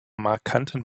markanten